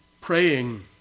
Praying